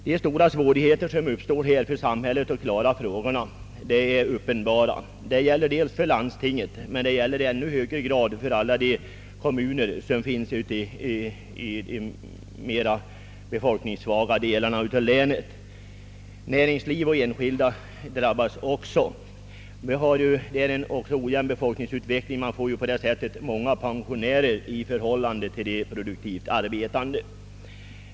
De stora svårigheter som uppstår är uppenbara. Det blir problem för landstinget och i än högre grad för de kommuner som ligger inom de befolkningssvaga delarna av länet. Näringsliv och enskilda drabbas också hårt. Vi har en ojämn befolkningsutveckling med. allt flera pensionärer jämfört med antalet produktivt arbetande.